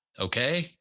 okay